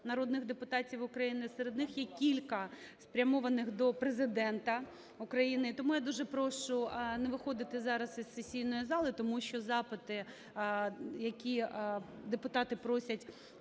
народних депутатів України. Серед них є кілька, спрямованих до Президента України. Тому я дуже прошу не виходити зараз із сесійної зали. Тому що запити, які депутати просять